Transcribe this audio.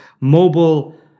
mobile